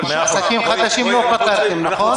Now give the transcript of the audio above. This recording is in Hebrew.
לעסקים החדשים לא פתרתם, נכון?